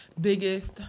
biggest